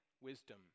wisdom